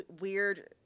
weird